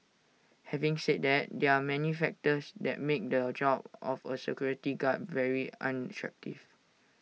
having said that there are many factors that make the job of A security guard very unattractive